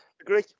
agree